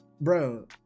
Bro